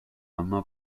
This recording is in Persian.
اما